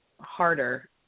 harder